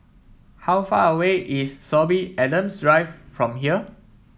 how far away is Sorby Adams Drive from here